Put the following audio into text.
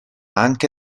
anche